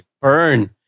Burn